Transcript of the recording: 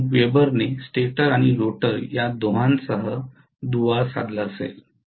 9 वेबरने स्टेटर आणि रोटर या दोहोंसह दुवा साधला असेल